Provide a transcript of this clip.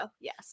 Yes